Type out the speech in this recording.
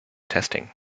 testing